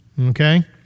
Okay